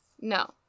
No